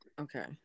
Okay